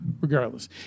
regardless